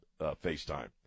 FaceTime